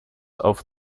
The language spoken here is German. auf